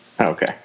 Okay